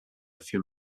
few